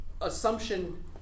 assumption